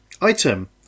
Item